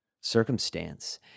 circumstance